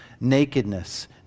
nakedness